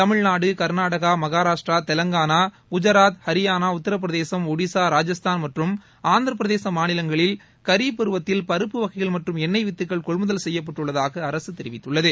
தமிழ்நாடு கர்நாடகா மகாராஷ்ட்ரா தெலுங்கானா குஜராத் ஹரியானா உத்தரபிரதேசம் ஒடிசா ராஜஸ்தான் மற்றும் ஆந்திர பிரதேசம் மாநிலங்களில் கரீப் பருவத்தில் பருப்பு வகைகள் மற்றும் எண்ணெய் வித்துக்கள் கொள்முதல் செய்யப்பட்டுள்ளதாக அரசு தெரிவித்துள்ளது